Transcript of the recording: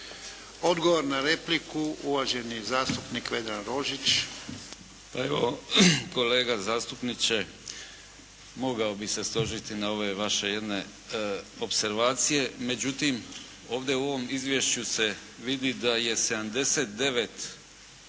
Odgovor na repliku, uvaženi zastupnik Vedran Rožić. **Rožić, Vedran (HDZ)** Pa evo, kolega zastupniče, mogao bih se složiti na ove vaše jedne opservacija. Međutim, ovdje u ovom izvješću se vidi da je 79